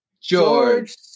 George